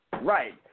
Right